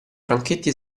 franchetti